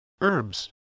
Herbs